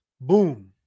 boom